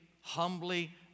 humbly